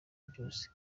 byose